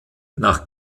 nach